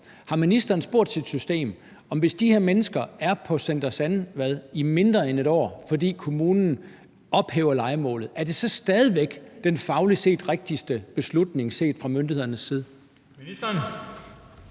Har ministeren spurgt sit system, om det, hvis de her mennesker er på Center Sandvad i mindre end et år, fordi kommunen ophæver lejemålet, så stadig væk er den fagligt set rigtigste beslutning set fra myndighedernes side?